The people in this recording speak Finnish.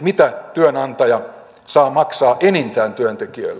mitä työnantaja saa maksaa enintään työntekijöille